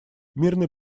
мирный